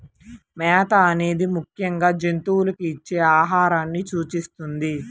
మేత అనేది ముఖ్యంగా జంతువులకు ఇచ్చే ఆహారాన్ని సూచిస్తుంది